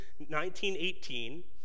19-18